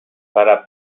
farà